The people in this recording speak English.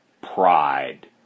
pride